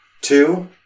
Two